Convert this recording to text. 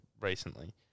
recently